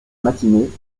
matinée